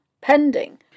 Pending